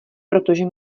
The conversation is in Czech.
protože